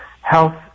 health